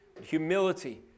humility